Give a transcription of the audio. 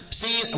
see